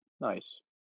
Nice